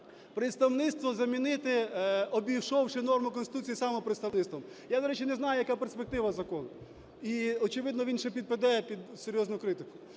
представництво замінити, обійшовши норму Конституції, саме представництвом. Я, до речі, не знаю, яка перспектива закону, і, очевидно, він ще підпадає під серйозну критику.